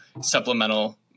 supplemental